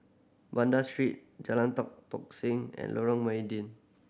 Banda Street Jalan Tan Tock Seng and Lorong